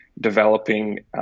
developing